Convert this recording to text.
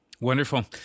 Wonderful